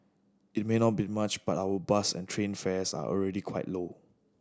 it may not be much but our bus and train fares are already quite low